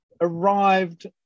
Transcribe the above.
arrived